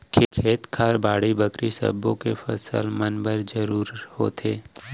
खेत खार, बाड़ी बखरी सब्बो के फसल म बन जरूर होथे